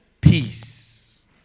Peace